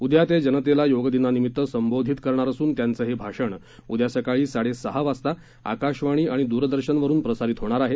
उद्या ते जनतेला योगदिनानिमित्त संबोधित करणार असून त्यांचं हे भाषण उद्या सकाळी साडे सहा वाजता आकाशवाणी आणि दूरदर्शनवरुन प्रसारित होणार आहे